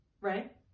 right